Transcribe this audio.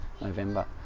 November